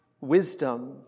wisdom